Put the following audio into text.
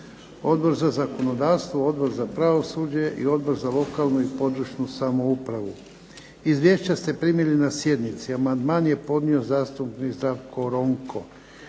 Odbor za zakonodavstvo, Odbor za pravosuđe i Odbor za lokalnu i područnu samoupravu. Izvješća ste primili na sjednici. Amandman je podnio zastupnik Zdravko